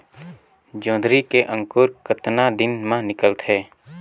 जोंदरी के अंकुर कतना दिन मां निकलथे?